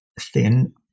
thin